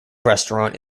restaurant